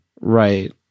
Right